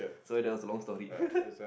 sorry that was a long story